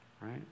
right